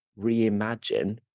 reimagine